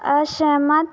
असहमत